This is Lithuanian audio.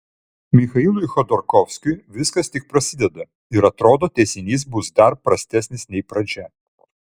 michailui chodorkovskiui viskas tik prasideda ir atrodo tęsinys bus dar prastesnis nei pradžia